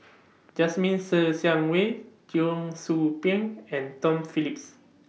Jasmine Ser Xiang Wei Cheong Soo Pieng and Tom Phillips